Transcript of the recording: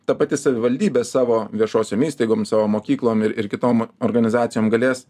ta pati savivaldybė savo viešosiom įstaigom savo mokyklom ir ir kitom organizacijom galės